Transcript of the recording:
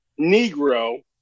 Negro